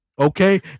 Okay